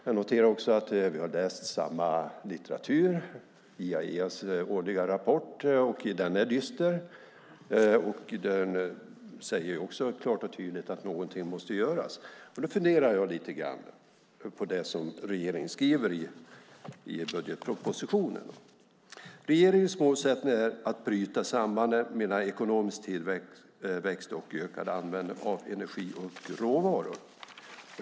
Jag noterar att vi har läst samma litteratur, IEA:s årliga rapport. Den är dyster. Den säger också klart och tydligt att någonting måste göras. Då funderar jag lite grann på det som regeringen skriver i budgetpropositionen. Regeringens målsättning är att bryta sambandet mellan ekonomisk tillväxt och ökad användning av energi och råvaror.